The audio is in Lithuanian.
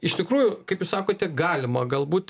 iš tikrųjų kaip jūs sakote galima galbūt